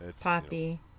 Poppy